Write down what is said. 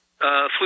Flu